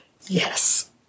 Yes